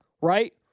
right